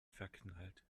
verknallt